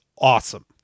awesome